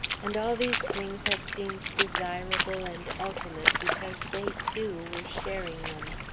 and all these things had seemed desirable and ultimate because they two were sharing them.